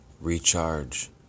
Recharge